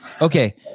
Okay